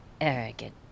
Arrogant